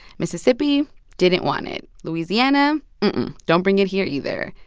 mississippi didn't want it. louisiana don't bring it here either.